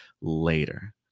later